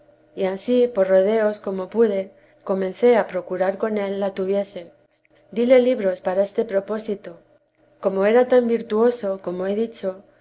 y ansí por rodeos como pude comencé a procurar con él la tuviese dile libros para este propósito como era tan virtuoso como he dicho